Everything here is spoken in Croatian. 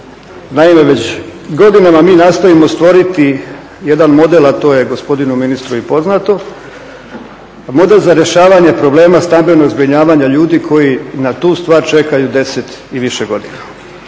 Naime, već godinama mi nastojimo stvoriti jedan model a to je gospodinu ministru i poznato, model za rješavanje problema stambenog zbrinjavanja ljudi koji na tu stvar čekaju 10 i više godina.